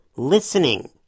listening